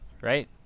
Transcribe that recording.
right